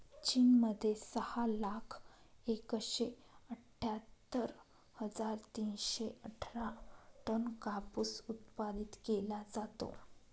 चीन मध्ये सहा लाख एकशे अठ्ठ्यातर हजार तीनशे अठरा टन कापूस उत्पादित केला जातो